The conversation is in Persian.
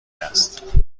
است